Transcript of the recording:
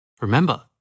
Remember